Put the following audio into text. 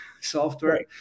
software